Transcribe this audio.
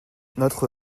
notre